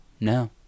No